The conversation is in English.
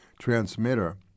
transmitter